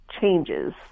changes